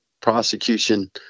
prosecution